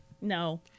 No